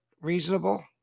reasonable